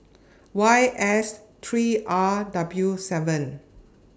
Y S three R W seven